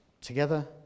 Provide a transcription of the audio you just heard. together